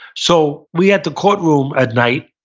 so we had the court room at night,